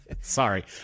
Sorry